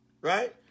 right